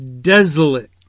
Desolate